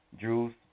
juice